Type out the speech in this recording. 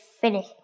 finish